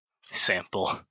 sample